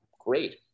great